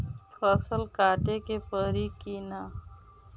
फसल काटे के परी कि न?